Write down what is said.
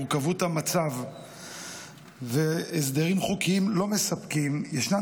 מורכבות המצב והסדרים חוקיים לא מספקים ישנן